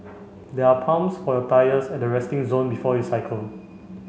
there are pumps for your tyres at the resting zone before you cycle